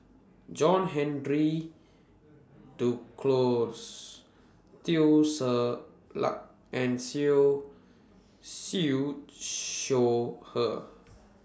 John Henry Duclos Teo Ser Luck and Siew Siew Shaw Her